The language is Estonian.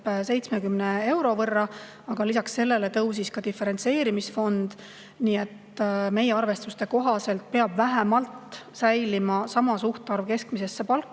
70 euro võrra. Aga lisaks sellele tõusis ka diferentseerimisfond, nii et meie arvestuste kohaselt peab vähemalt säilima sama suhtarv võrreldes